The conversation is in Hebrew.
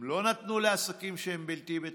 הם לא נתנו לעסקים שהם בלתי בטוחים,